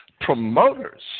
promoters